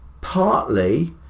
partly